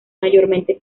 mayormente